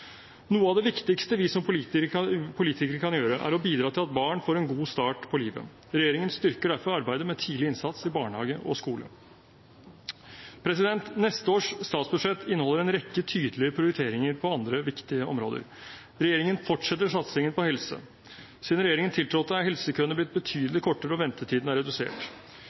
Noe av det viktigste vi som politikere kan gjøre, er å bidra til at barn får en god start på livet. Regjeringen styrker derfor arbeidet med tidlig innsats i barnehage og skole. Neste års statsbudsjett inneholder en rekke tydelige prioriteringer på andre viktige områder. Regjeringen fortsetter satsingen på helse. Siden regjeringen tiltrådte, er helsekøene blitt betydelig kortere, og ventetidene er redusert.